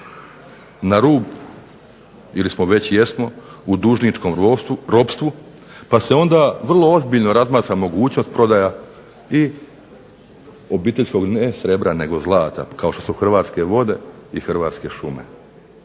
na rub ili već jesno u dužničkom ropstvu, pa se onda vrlo ozbiljno razmatra mogućnost prodaja i obiteljskog ne srebra, nego zlata kao što su Hrvatske vode i Hrvatske šume.